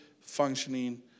functioning